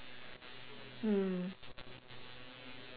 mm